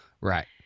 Right